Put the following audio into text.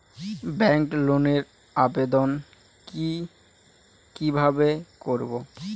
Bank লোনের আবেদন কি কিভাবে করব?